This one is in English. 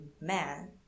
man